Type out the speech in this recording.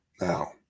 Now